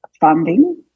funding